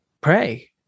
pray